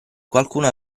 qualcuno